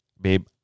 Babe